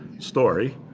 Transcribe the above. story.